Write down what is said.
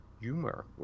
humor